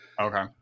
Okay